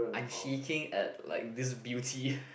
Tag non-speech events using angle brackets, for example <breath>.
I'm seeking at like this beauty <breath>